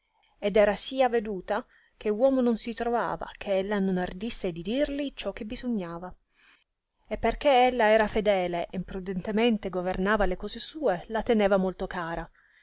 ed era sì aveduta che uomo non si trovava che ella non ardisse di dirli ciò che bisognava e perchè ella era fedele e prudentemente governava le cose sue la teneva molto cara